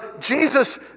Jesus